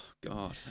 God